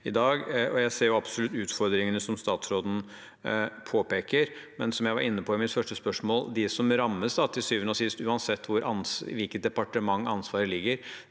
Jeg ser absolutt utfordringene som statsråden påpeker, men som jeg var inne på i mitt første spørsmål: De som til syvende og sist rammes, uansett hvilket departement ansvaret ligger